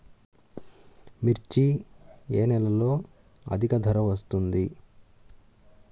మిర్చి ఏ నెలలో అధిక ధర వస్తుంది?